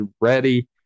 ready